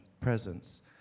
presence